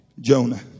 Jonah